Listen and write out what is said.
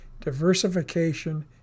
diversification